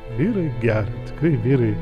vyrai geria tikri vyrai